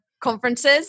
conferences